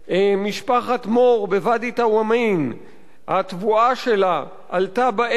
משפחת מור בוואדי-טוואמין, התבואה שלה עלתה באש,